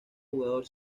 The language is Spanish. jugador